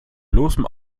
bloßem